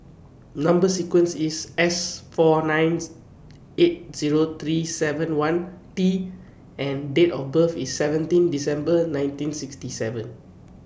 Number sequence IS S four nine eight Zero three seven one T and Date of birth IS seventeen December nineteen sixty seven